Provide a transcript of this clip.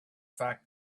fact